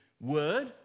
word